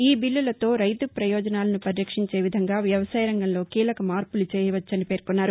ఈ బీల్లులతో రైతు ప్రయోజనాలను పరిరక్షించే విధంగా వ్యవసాయ రంగంలో కీలక మార్పులు చేయవచ్చని పేర్కొన్నారు